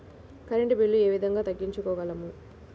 Current bill ఏ విధంగా తగ్గించుకోగలము?